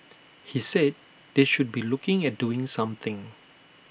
he said they should be looking at doing something